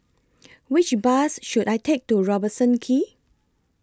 Which Bus should I Take to Robertson Quay